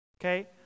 Okay